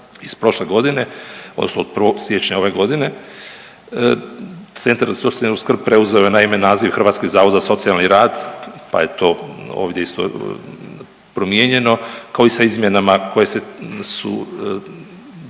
iz prošle godine odnosno od 1. siječnja ove godine, Centar za socijalnu skrb preuzeo je naime naziv Hrvatski zavod za socijalni rad, pa je to ovdje isto promijenjeno, kao i sa izmjenama koje su